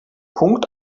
punkt